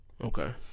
Okay